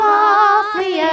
Softly